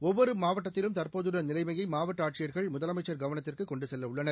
ஒவ்வொருமாவட்டத்திலும் தற்போதுள்ளநிலைமையைமாவட்டஆட்சியர்கள் முதலமைச்சா் கவனத்திற்குகொண்டுசெல்லஉள்ளனர்